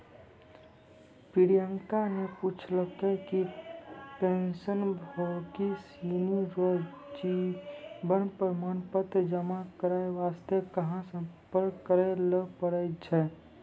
प्रियंका ने पूछलकै कि पेंशनभोगी सिनी रो जीवन प्रमाण पत्र जमा करय वास्ते कहां सम्पर्क करय लै पड़ै छै